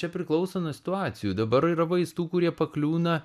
čia priklauso nuo situacijų dabar yra vaistų kurie pakliūna